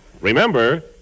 Remember